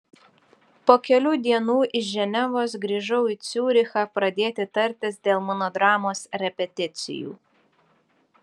po kelių dienų iš ženevos grįžau į ciurichą pradėti tartis dėl mano dramos repeticijų